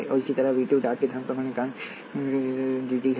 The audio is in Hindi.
और इसी तरह v2 डॉट के धनात्मक होने के साथ m d I 1 prime d t L 2 d I 2 prime dt है